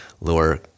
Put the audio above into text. lower